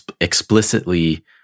explicitly